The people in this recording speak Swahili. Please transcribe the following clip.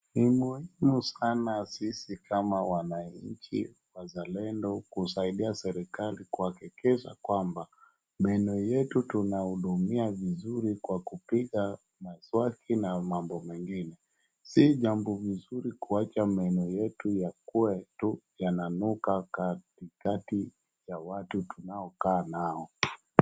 Ni muhimu sana sisi kama wananchi wazalendo kusaidia serikali kuhakikisha kwamba meno yetu tunahudumia vizuri kwa kupiga mswaki na mammbo mengine. Si jambo mzuri kuacha meno yakue tu yananuka katikati ya watu tunaokaa nao.